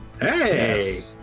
Hey